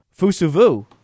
Fusuvu